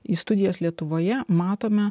į studijas lietuvoje matome